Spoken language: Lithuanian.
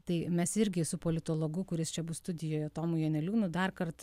tai mes irgi su politologu kuris čia bus studijoje tomu janeliūnu darkart